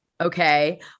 Okay